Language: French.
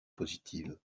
positive